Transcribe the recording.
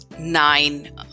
nine